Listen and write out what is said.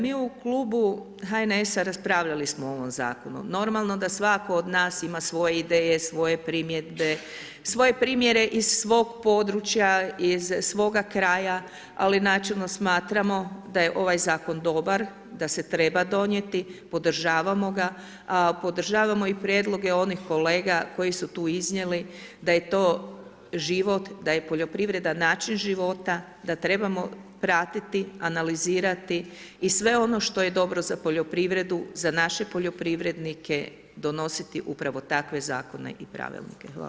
Mi u klubu HNS-a raspravljali smo o ovom zakonu, normalno da svatko od nas ima svoje ideje, svoje primjedbe, svoje primjere iz svog područja iz svoga kraja, ali načelno smatramo da je ovaj zakon dobar, da se treba donijeti, podržavamo ga, podržavamo i prijedloge onih kolega koji su tu iznjeli da je to život, da je poljoprivreda način života, da trebamo pratiti, analizirati i sve ono što je dobro za poljoprivredu, za naše poljoprivrednike donositi upravo takve zakone i pravilnike.